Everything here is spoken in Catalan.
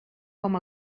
com